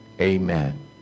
Amen